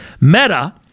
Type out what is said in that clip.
Meta